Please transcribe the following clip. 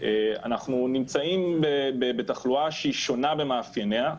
אנחנו נמצאים בתחלואה שהיא שונה במאפייניה,